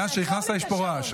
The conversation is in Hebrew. מאז שנכנסת יש פה רעש.